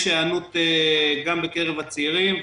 יש היענות גם בקרב הצעירים,